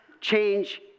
change